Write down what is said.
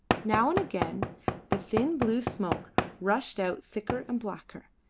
now and again the thin blue smoke rushed out thicker and blacker,